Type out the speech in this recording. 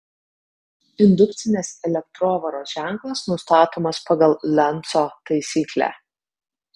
indukcinės elektrovaros ženklas nustatomas pagal lenco taisyklę